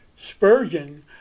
Spurgeon